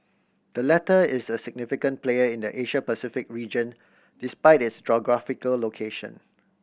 the latter is a significant player in the Asia Pacific region despite its geographical location